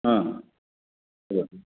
एवं